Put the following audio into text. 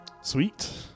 Sweet